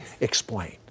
Explain